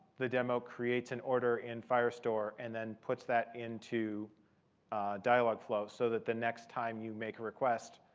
the demo creates an order in firestore and then puts that into dialogflow so that the next time you make a request,